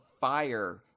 fire